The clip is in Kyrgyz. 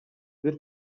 бир